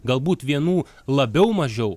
galbūt vienų labiau mažiau